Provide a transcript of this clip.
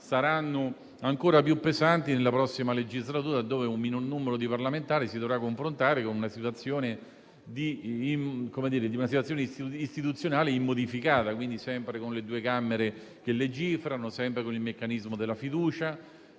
saranno ancora più pesanti nella prossima legislatura, nella quale un minor numero di parlamentari si dovrà confrontare con una situazione istituzionale immodificata, quindi sempre con due Camere che legiferano, sempre con il meccanismo della fiducia